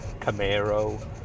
Camaro